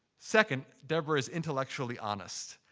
second, deborah's intellectually honest.